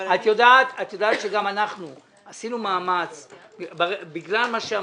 את יודעת שגם אנחנו עשינו מאמץ בגלל מה שאמרתם,